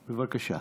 בבקשה.